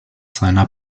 seiner